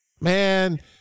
Man